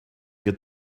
get